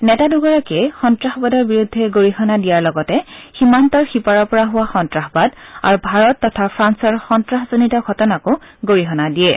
নেতা দুগৰাকী সন্তাসবাদৰ বিৰুদ্ধে গৰিহণা দিয়াৰ লগতে সীমান্তৰ সিপাৰৰ পৰা হোৱা সন্তাসবাদ আৰু ভাৰত তথা ফ্ৰান্সৰ সন্তাসজনিত ঘটনাকো গৰিহণা দিয়ে